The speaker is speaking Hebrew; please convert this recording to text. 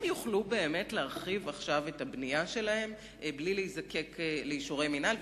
הם יוכלו באמת להרחיב עכשיו את הבנייה שלהם בלי להזדקק לאישורי המינהל,